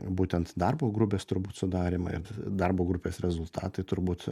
būtent darbo grupės turbūt sudarymai ir darbo grupės rezultatai turbūt